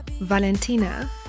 valentina